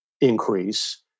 increase